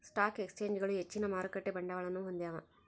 stock ಎಕ್ಸ್ಚೇಂಜ್ಗಳು ಹೆಚ್ಚಿನ ಮಾರುಕಟ್ಟೆ ಬಂಡವಾಳವನ್ನು ಹೊಂದ್ಯಾವ